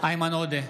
איימן עודה,